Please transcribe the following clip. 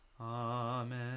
Amen